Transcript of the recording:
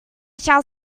shall